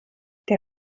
der